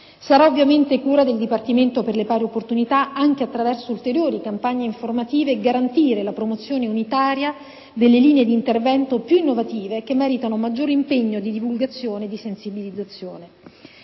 Sarà ovviamente cura del Dipartimento per le pari opportunità, anche attraverso ulteriori campagne informative, garantire la promozione unitaria delle linee di intervento più innovative che meritano maggior impegno di divulgazione e di sensibilizzazione.